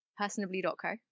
personably.co